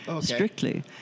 strictly